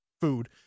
food